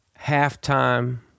Halftime